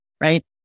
right